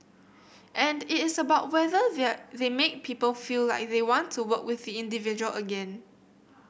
and it is about whether there they make people feel like they want to work with the individual again